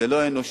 זה לא אנושי,